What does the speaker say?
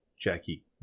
Jackie